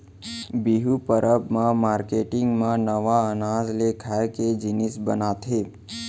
बिहू परब म मारकेटिंग मन नवा अनाज ले खाए के जिनिस बनाथे